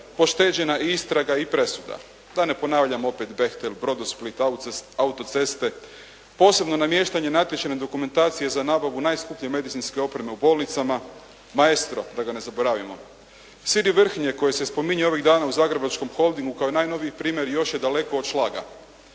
pošteđena istraga i presuda. Da ne ponavljam opet Bechtel, Brodo-Split, autoceste, posebno namještanje natječajne dokumentacije za nabavu najskuplje medicinske opreme u bolnicama. Maestro da ga ne zaboravimo. Slijedi vrhnje koje se spominje ovih dana u Zagrebačkom holdingu kao i najnoviji primjeri još je daleko od šlaga.